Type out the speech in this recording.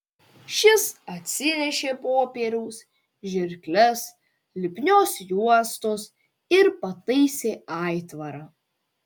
šis atsinešė popieriaus žirkles lipnios juostos ir pataisė aitvarą